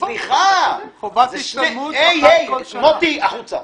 --- חובת השתלמות --- מוטי, החוצה.